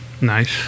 Nice